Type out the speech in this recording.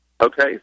Okay